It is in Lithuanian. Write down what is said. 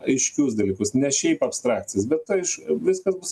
aiškius dalykus ne šiaip abstrakcijas bet aiš viskas bus ai